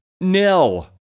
nil